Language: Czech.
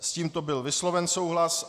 S tímto byl vysloven souhlas.